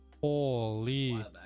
Holy